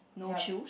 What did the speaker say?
ya